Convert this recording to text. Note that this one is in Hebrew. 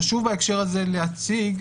חשוב בהקשר הזה להציג,